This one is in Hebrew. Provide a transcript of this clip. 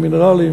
מינרלים,